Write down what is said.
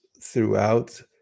throughout